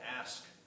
ask